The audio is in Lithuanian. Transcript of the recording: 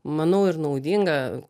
manau ir naudinga